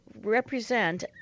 represent